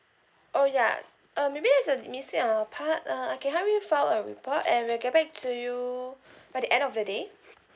oh ya uh maybe that's a mistake and uh perhaps uh I can help you file a report and we'll get back to you by the end of the day